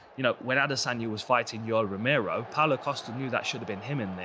you know, when adesanya was fighting yoel romero, paulo costa knew that should've been him in